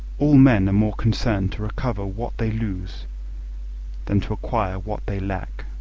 all men are more concerned to recover what they lose than to acquire what they lack.